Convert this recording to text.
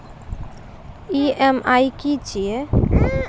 EMI की छिये?